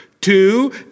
two